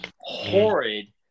horrid